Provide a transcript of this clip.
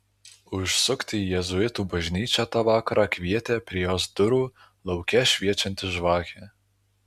užsukti į jėzuitų bažnyčią tą vakarą kvietė prie jos durų lauke šviečianti žvakė